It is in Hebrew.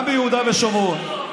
גם מיהודה ושומרון,